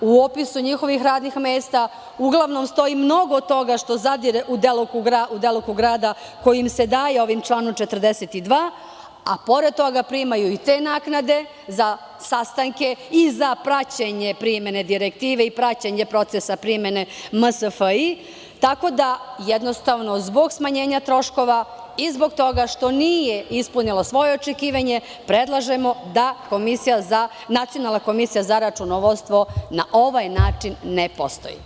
U opisu njihovih radnih mesta uglavnom stoji mnogo toga što zadire u delokrug rada kojim se daje ovim članom 42, a pored toga primaju i te naknade za sastanke i za praćenje primene direktive i praćenje procesa primene MSFI, tako da, jednostavno, zbog smanjenja troškova i zbog toga što nije ispunila svoje očekivanje predlažemo da Nacionalna komisija za računovodstvo na ovaj način ne postoji.